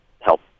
help